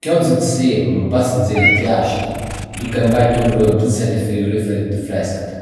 Kjo nxehtësi më pas nxirret jashtë, duke e mbajtur brendësinë e frigoriferit të freskët.